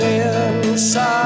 inside